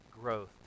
growth